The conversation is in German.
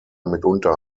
mitunter